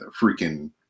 freaking